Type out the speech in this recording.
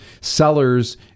sellers